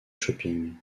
shopping